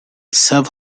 self